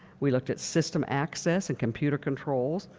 we looked at system access and computer controls,